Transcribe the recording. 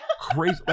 crazy